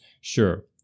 sure